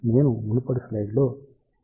నేను మునుపటి స్లైడ్లో ఎక్స్ప్రెషన్ ఇచ్చాను